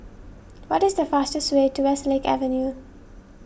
what is the fastest way to Westlake Avenue